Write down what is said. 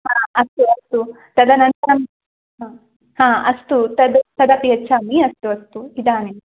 हा अस्तु अस्तु तदनन्तरं हा हा तद् तदपि यच्छामि अस्तु अस्तु इदानीम्